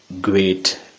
great